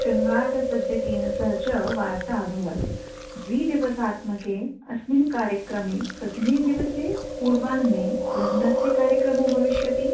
शृङ्गारसज्जकेन सह च वार्ता अभवत् द्विदिवसात्मके अस्मिन् कार्यक्रमे प्रथमे दिवसे पूर्वाह्ने लग्नस्य कार्यक्रमो भविष्यति